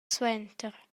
suenter